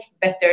better